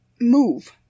move